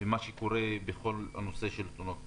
ומה שקורה בכל הנושא של תאונות דרכים,